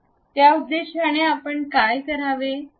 त्या उद्देशाने आपण काय करावे